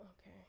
okay